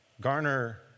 garner